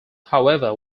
however